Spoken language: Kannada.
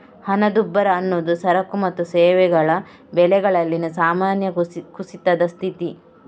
ಹಣದುಬ್ಬರ ಅನ್ನುದು ಸರಕು ಮತ್ತು ಸೇವೆಗಳ ಬೆಲೆಗಳಲ್ಲಿನ ಸಾಮಾನ್ಯ ಕುಸಿತದ ಸ್ಥಿತಿ